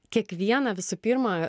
kiekvieną visų pirma